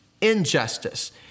injustice